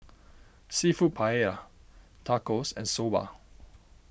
Seafood Paella Tacos and Soba